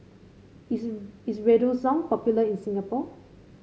is is Redoxon popular in Singapore